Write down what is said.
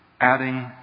adding